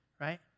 right